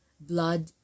blood